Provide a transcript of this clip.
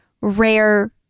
rare